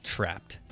Trapped